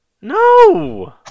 No